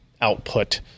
output